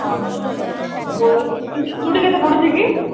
ହଁ ହଁ ଚୁଡ଼ି କେତେ ପଡ଼ୁଛେ କି